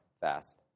fast